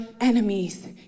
enemies